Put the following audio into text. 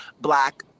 black